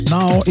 now